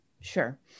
Sure